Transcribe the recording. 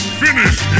finish